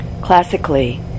classically